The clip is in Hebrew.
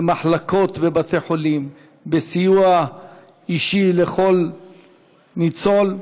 במחלקות בבתי-חולים, בסיוע אישי לכל ניצול.